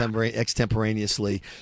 extemporaneously